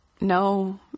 No